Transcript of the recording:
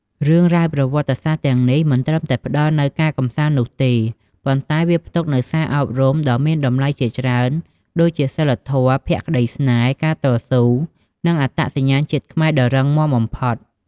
រឿងរ៉ាវប្រវត្តិសាស្ត្រទាំងនេះ មិនត្រឹមតែផ្តល់នូវការកម្សាន្តនោះទេ ប៉ុន្តែវាផ្ទុកនូវសារអប់រំដ៏មានតម្លៃជាច្រើនដូចជាសីលធម៌ ភក្តីស្នេហ៍ ការតស៊ូ និងអត្តសញ្ញាណជាតិខ្មែរដ៏រឹងមាំបំផុត។